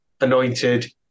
anointed